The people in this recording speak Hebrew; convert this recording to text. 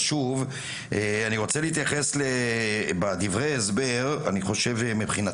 שפע, ואלה דברי ההסבר של מגיש